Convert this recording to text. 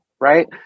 right